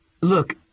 Look